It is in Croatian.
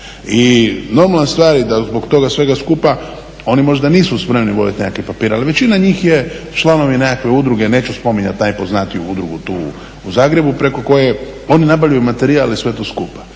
I normalna stvar je da zbog toga svega skupa oni možda nisu možda spremni voditi nekakve papire, a većina njih je članove nekakve udruge, neću spominjat najpoznatiju udrugu tu u Zagrebu, preko koje oni nabavljaju materijal i sve to skupa.